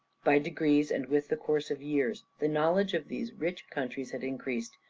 by degrees and with the course of years the knowledge of these rich countries had increased.